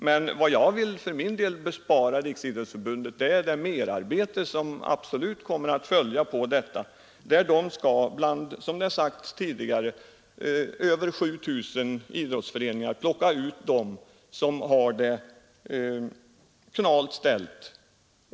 Men vad jag för min del vill bespara Riksidrottsförbundet är det merarbete som absolut kommer att följa med detta, när förbundet, som det har sagts tidigare, bland över 7 000 idrottsföreningar skall plocka ut de som har de knalt ställt.